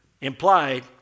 Implied